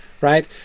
right